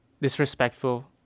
disrespectful